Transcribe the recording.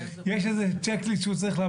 יש איזה צ'ק ליסט שהוא צריך לעבור הדרכה?